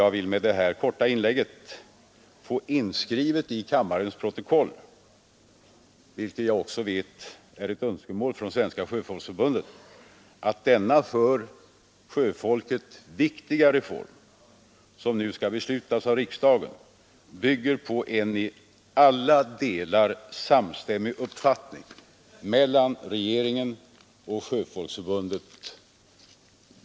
Jag vill med detta inlägg få inskrivet i kammarens protokoll — vilket jag också vet är ett önskemål från Svenska sjöfolksförbundet — att denna för sjöfolket viktiga reform, som nu skall beslutas av riksdagen, bygger på en i alla delar samstämmig uppfattning hos regeringen och Sjöfolksförbundet.